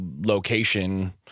location